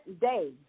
day